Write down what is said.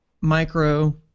Micro